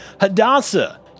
Hadassah